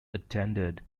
attended